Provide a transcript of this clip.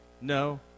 No